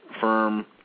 firm